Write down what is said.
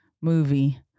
movie